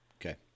Okay